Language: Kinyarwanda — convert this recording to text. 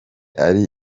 ari